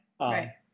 Right